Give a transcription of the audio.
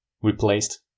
replaced